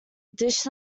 dish